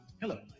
Hello